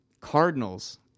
Cardinals